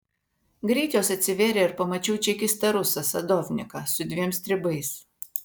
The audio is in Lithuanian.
greit jos atsivėrė ir pamačiau čekistą rusą sadovniką su dviem stribais